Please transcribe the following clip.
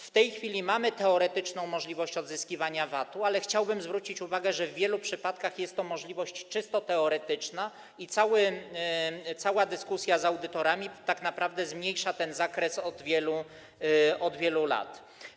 W tej chwili mamy teoretyczną możliwość odzyskiwania VAT-u, ale chciałbym zwrócić uwagę, że w wielu przypadkach jest to możliwość czysto teoretyczna i cała dyskusja z audytorami tak naprawdę zmniejsza ten zakres od wielu lat.